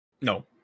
No